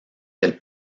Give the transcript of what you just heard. del